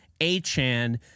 A-chan